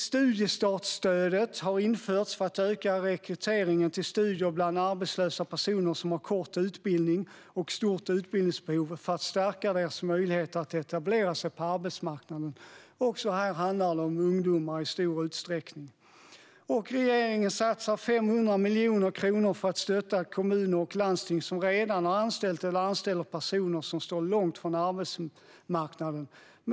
Studiestartsstödet har införts för att öka rekryteringen till studier bland arbetslösa som har kort utbildning och stort utbildningsbehov, för att stärka deras möjligheter att etablera sig på arbetsmarknaden. Också här handlar det i stor utsträckning om ungdomar. Regeringen satsar också 500 miljoner kronor för att stötta kommuner och landsting som, med hjälp av extratjänster, redan har anställt eller anställer personer som står långt från arbetsmarknaden.